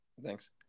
Thanks